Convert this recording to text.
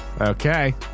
Okay